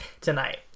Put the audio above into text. tonight